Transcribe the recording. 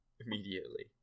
immediately